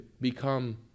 become